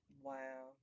Wow